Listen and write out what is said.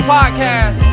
Podcast